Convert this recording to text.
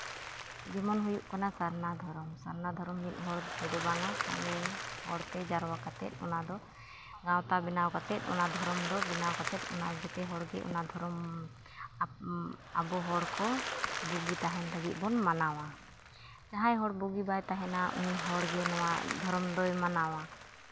ᱡᱮᱢᱚᱱ ᱦᱩᱭᱩᱜ ᱠᱟᱱᱟ ᱥᱟᱨᱱᱟ ᱫᱷᱚᱨᱚᱢ ᱥᱟᱨᱱᱟ ᱫᱷᱚᱨᱚᱢ ᱢᱤᱫ ᱦᱚᱲ ᱛᱮᱫᱚ ᱵᱟᱝᱟ ᱥᱟᱸᱜᱮ ᱦᱚᱲᱛᱮ ᱡᱟᱣᱨᱟ ᱠᱟᱛᱮᱫ ᱚᱱᱟ ᱫᱚ ᱜᱟᱶᱛᱟ ᱵᱮᱱᱟᱣ ᱠᱟᱛᱮᱫ ᱚᱱᱟ ᱫᱷᱚᱨᱚᱢ ᱫᱚ ᱵᱮᱱᱟᱣ ᱠᱟᱛᱮᱫ ᱡᱚᱛᱚ ᱦᱚᱲᱜᱮ ᱚᱱᱟ ᱫᱷᱚᱨᱚᱢ ᱟᱵᱚ ᱦᱚᱲᱠᱚ ᱵᱩᱜᱤ ᱛᱟᱦᱮᱱ ᱞᱟᱹᱜᱤᱫ ᱵᱚᱱ ᱢᱟᱱᱟᱣᱟ ᱡᱟᱦᱟᱸᱭ ᱦᱚᱲ ᱵᱩᱜᱤ ᱵᱟᱭ ᱛᱟᱦᱮᱱᱟ ᱩᱱᱤ ᱦᱚᱲ ᱜᱮ ᱱᱚᱣᱟ ᱫᱷᱚᱨᱚᱢ ᱫᱚᱭ ᱢᱟᱱᱟᱣᱟ